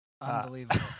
unbelievable